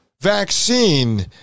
vaccine